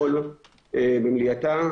טיפול מיטבי הוליסטי בסוגיות נפרדות לקראת הגל הבא,